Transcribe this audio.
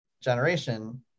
generation